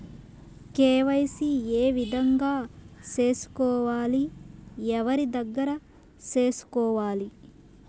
KYC ఏ విధంగా సేసుకోవాలి? ఎవరి దగ్గర సేసుకోవాలి?